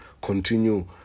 continue